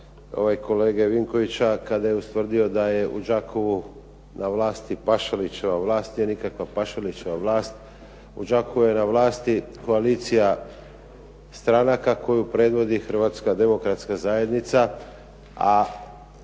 kolegu Vinkovića kada je ustvrdio da je u Đakovu na vlasti "Pašalićeva vlast", nije nikakva "Pašalićeva vlast", u Đakovu je na vlasti koalicija stranaka koju predvodi Hrvatska demokratska zajednica,